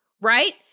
Right